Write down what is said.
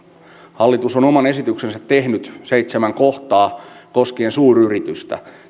hallitus on oman esityksensä tehnyt seitsemän kohtaa koskien suuryritystä